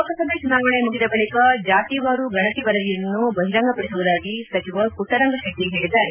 ಲೋಕಸಭೆ ಚುನಾವಣೆ ಮುಗಿದ ಬಳಿಕ ಜಾತಿವಾರು ಗಣತಿ ವರದಿಯನ್ನು ಬಹಿರಂಗ ಪಡಿಸುವುದಾಗಿ ಸಚಿವ ಮಟ್ಟರಂಗಶೆಟ್ಟಿ ಹೇಳಿದ್ದಾರೆ